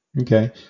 Okay